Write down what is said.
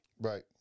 Right